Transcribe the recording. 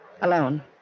Alone